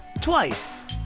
Twice